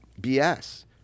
bs